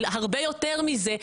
אבל הרבה יותר מזה,